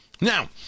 Now